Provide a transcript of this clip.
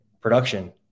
production